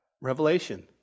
revelation